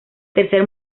tercer